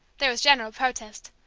there was general protest.